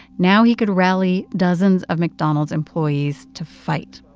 now he could rally dozens of mcdonald's employees to fight.